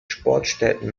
sportstätten